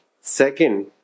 Second